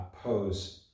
pose